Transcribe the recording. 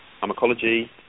pharmacology